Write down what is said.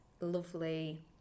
lovely